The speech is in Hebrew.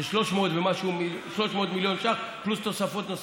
זה 300 מיליון שקל פלוס תוספות.